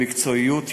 במקצועיות,